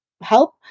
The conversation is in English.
help